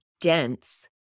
dense